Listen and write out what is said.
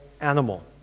animal